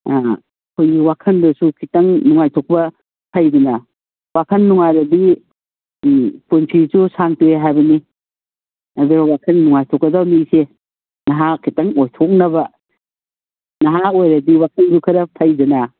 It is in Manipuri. ꯑꯩꯈꯣꯏꯒꯤ ꯋꯥꯈꯜꯗꯁꯨ ꯈꯤꯇꯪ ꯅꯨꯡꯉꯥꯏꯊꯣꯛꯄ ꯐꯩꯗꯅ ꯋꯥꯈꯜ ꯅꯨꯡꯉꯥꯏꯔꯗꯤ ꯄꯨꯟꯁꯤꯁꯨ ꯁꯥꯡꯗꯣꯛꯑꯦ ꯍꯥꯏꯕꯅꯤ ꯑꯗꯨ ꯋꯥꯈꯜ ꯅꯨꯡꯉꯥꯏꯊꯣꯛꯀꯗꯃꯤ ꯏꯆꯦ ꯅꯍꯥ ꯈꯤꯇꯪ ꯑꯣꯏꯊꯣꯛꯅꯕ ꯅꯍꯥ ꯑꯣꯏꯔꯗꯤ ꯋꯥꯈꯜꯁꯨ ꯈꯔ ꯐꯩꯗꯅ